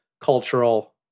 cultural